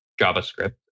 JavaScript